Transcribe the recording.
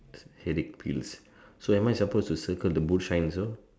headache pills so am I suppose to circle the boot shine also